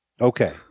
Okay